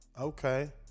Okay